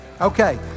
Okay